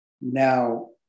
Now